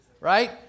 Right